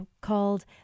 called